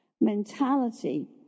mentality